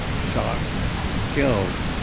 shot and killed